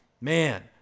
man